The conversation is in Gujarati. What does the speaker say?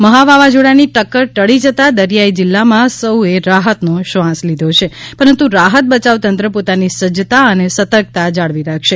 મહા વાવાઝોડાની ટક્કર ટળી જતાં દરિયાઇ જિલ્લામાં સૌએ રાહતનો શ્વાસ લીધો છે પરંતુ રાહત બચાવ તંત્ર પોતાની સજજતા અને સતકંતા જાળવી રાખશે